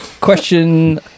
question